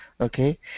Okay